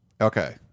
Okay